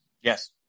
Yes